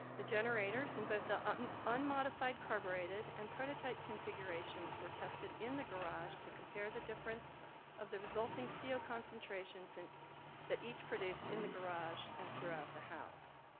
the generators in both the ah and unmodified carbureted and prototype configurations were tested in the garage to compare the difference of the resulting co ah concentrations in that each produced in the garage and throughout the house.